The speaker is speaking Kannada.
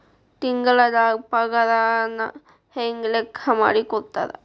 ತಿಂಗಳದ್ ಪಾಗಾರನ ಹೆಂಗ್ ಲೆಕ್ಕಾ ಮಾಡಿ ಕೊಡ್ತಾರಾ